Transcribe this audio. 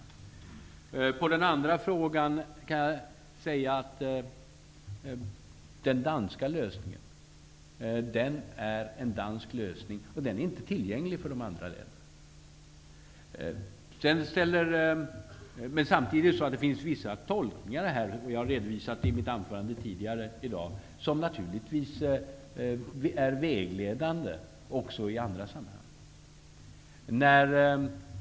På Pär Granstedts andra fråga kan jag svara att den danska lösningen är en dansk lösning, som inte är tillgänglig för de andra länderna. Men samtidigt finns det vissa tolkningar här -- jag har redovisat detta i ett anförande tidigare i dag -- som naturligtvis är vägledande också i andra sammanhang.